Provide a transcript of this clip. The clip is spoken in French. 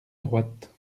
droite